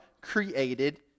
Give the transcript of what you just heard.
created